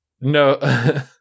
no